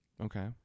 Okay